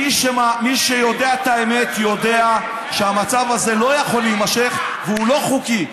מי שיודע את האמת יודע שהמצב הזה לא יכול להימשך והוא לא חוקי,